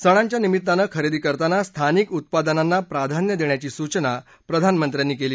सणांच्या निमित्तानं खरेदी करताना स्थानिक उत्पादनांना प्राधान्य देण्याची सूचना प्रधानमंत्र्यांनी केली